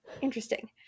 Interesting